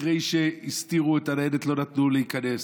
אחרי שהסתירו את הניידת ולא נתנו להיכנס,